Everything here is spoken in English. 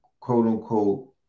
quote-unquote